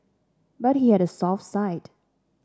but he had a soft side